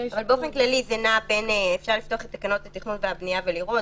אבל באופן כללי אפשר לפתוח את תקנות התכנון והבנייה ולראות,